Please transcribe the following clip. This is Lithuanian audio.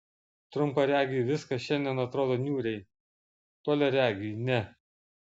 trumparegiui viskas šiandien atrodo niūriai toliaregiui ne